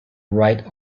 write